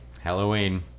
Halloween